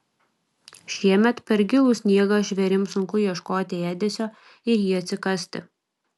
šiemet per gilų sniegą žvėrims sunku ieškoti ėdesio ir jį atsikasti